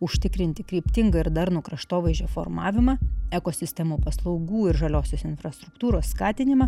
užtikrinti kryptingą ir darnų kraštovaizdžio formavimą ekosistemų paslaugų ir žaliosios infrastruktūros skatinimą